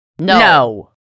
No